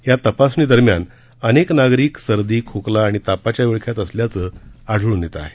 या तपासणीदरम्यान अनेक नागरिक सर्दी खोकला आणि तापाचे विळख्यात असल्याचं आढळून येत आहे